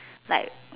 like